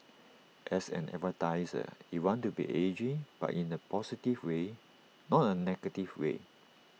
as an advertiser you want to be edgy but in A positive way not A negative way